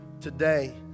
today